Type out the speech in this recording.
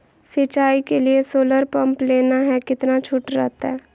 सिंचाई के लिए सोलर पंप लेना है कितना छुट रहतैय?